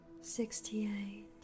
sixty-eight